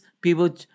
people